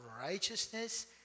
righteousness